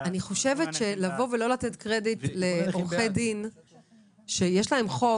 אני חושבת שלא לתת קרדיט לעורכי דין שיש להם חוק